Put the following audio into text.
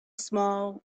small